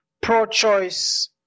pro-choice